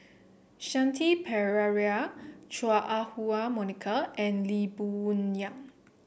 Shanti Pereira Chua Ah Huwa Monica and Lee Boon Yang